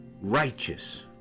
righteous